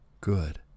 good